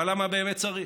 אבל למה באמת צריך?